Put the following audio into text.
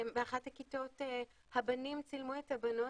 באחת הכיתות הבנים צילמו את הבנות,